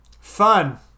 Fun